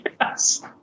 Yes